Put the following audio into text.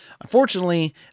unfortunately